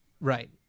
Right